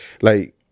like-